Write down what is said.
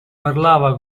parlava